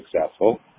successful